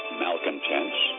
malcontents